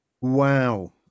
Wow